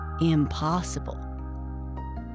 impossible